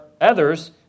others